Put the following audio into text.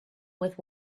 with